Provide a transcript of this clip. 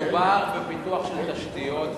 מדובר בפיתוח של תשתיות ותיקות,